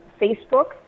Facebook